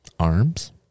Arms